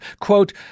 quote